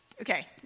Okay